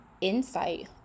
insight